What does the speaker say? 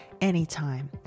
anytime